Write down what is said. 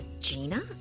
Gina